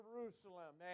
Jerusalem